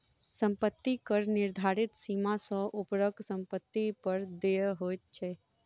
सम्पत्ति कर निर्धारित सीमा सॅ ऊपरक सम्पत्ति पर देय होइत छै